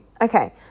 Okay